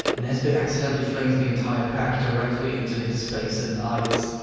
nesbitt accidentally flings the entire pack directly into his face and eyes.